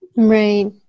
right